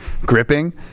gripping